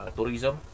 Tourism